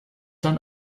dann